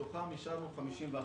מתוכם אישרנו 51 אלף.